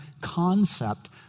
concept